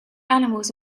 animals